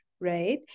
Right